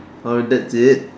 oh that's it